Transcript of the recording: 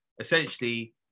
Essentially